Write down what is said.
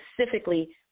specifically